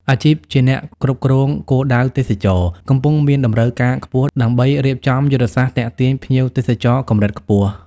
អាជីពជាអ្នកគ្រប់គ្រងគោលដៅទេសចរណ៍ កំពុងមានតម្រូវការខ្ពស់ដើម្បីរៀបចំយុទ្ធសាស្ត្រទាក់ទាញភ្ញៀវទេសចរកម្រិតខ្ពស់។